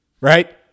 right